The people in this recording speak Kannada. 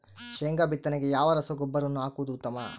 ಶೇಂಗಾ ಬಿತ್ತನೆಗೆ ಯಾವ ರಸಗೊಬ್ಬರವನ್ನು ಹಾಕುವುದು ಉತ್ತಮ?